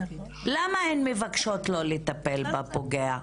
למה הן מבקשות שלא לטפל בפוגע?